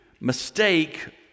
mistake